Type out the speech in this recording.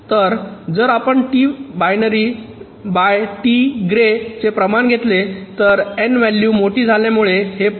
तर जर आपण टी बायनरी टी ग्रे चे प्रमाण घेतले तर n व्हॅलू मोठी झाल्यामुळे हे 0